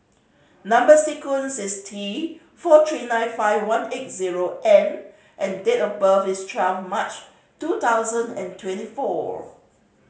number sequence is T four three nine five one eight zero N and date of birth is twelfth March two thousand and twenty four